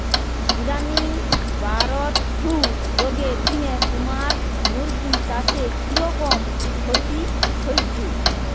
ইদানিং bird flu রগের জিনে তুমার মুরগি চাষে কিরকম ক্ষতি হইচে?